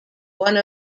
one